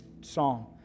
Psalm